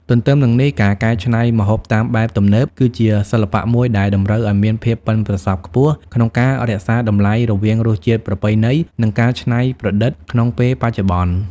ទន្ទឹមនឹងនេះ ការកែច្នៃម្ហូបតាមបែបទំនើប គឺជាសិល្បៈមួយដែលតម្រូវឲ្យមានភាពប៉ិនប្រសប់ខ្ពស់ក្នុងការរក្សាតម្លៃរវាងរសជាតិប្រពៃណី និងការថ្នៃប្រឌិតក្នុងពេលបច្ចុប្បន្ន។